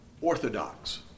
orthodox